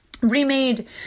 remade